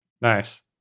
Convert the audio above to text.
Nice